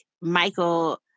Michael